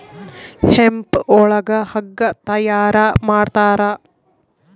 hemp ಒಳಗ ಹಗ್ಗ ತಯಾರ ಮಾಡ್ತಾರ